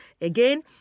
Again